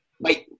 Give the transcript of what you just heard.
Bye